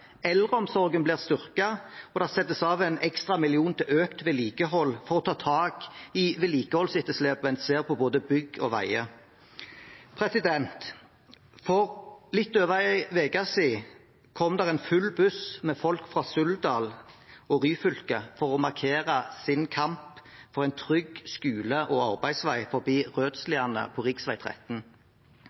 eldreomsorgen blir styrket, og det settes av en ekstra million til økt vedlikehold for å ta tak i vedlikeholdsetterslepet en ser på både bygg og veier. For litt over en uke siden kom det en buss full med folk fra Suldal og Ryfylke for å markere sin kamp for en trygg skole- og arbeidsvei forbi Rødsliane på rv. 13.